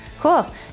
Cool